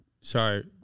Sorry